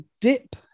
dip